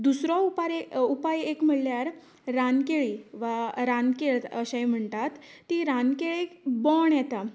दुसरो उपार उपाय एक म्हळ्यार रानकेळी वा रानकेळ अशें म्हणटात ती रानकेळीक बोंड येता